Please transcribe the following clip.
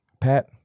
Pat